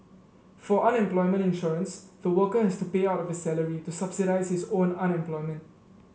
for unemployment insurance the worker has to pay out of his salary to subsidise his own unemployment